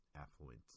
affluent